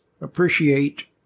appreciate